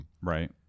Right